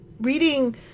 reading